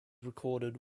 recorded